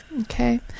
Okay